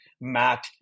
Matt